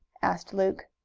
asked luke.